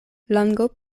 lango